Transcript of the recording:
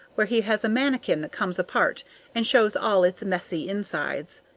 where he has a manikin that comes apart and shows all its messy insides.